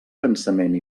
cansament